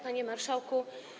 Panie Marszałku!